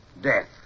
death